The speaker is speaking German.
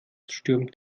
stürmt